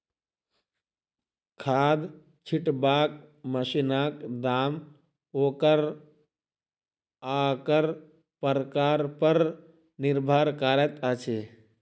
खाद छिटबाक मशीनक दाम ओकर आकार प्रकार पर निर्भर करैत अछि